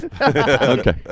Okay